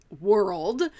world